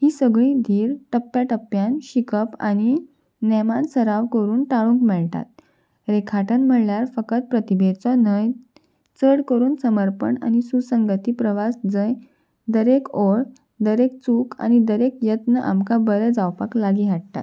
ही सगळीं धीर टप्प्या टप्प्यान शिकप आनी नेमान सराव करून टाळूंक मेळटात रेखाटन म्हणल्यार फकत प्रतिभेचो न्हय चड करून समर्पण आनी सुसंगती प्रवास जंय दरक ओळ दरक चूक आनी दरेक यत्न आमकां बरें जावपाक लागीं हाडटा